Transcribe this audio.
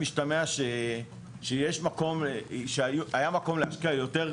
משתמע שהיה מקום להשקיע יותר,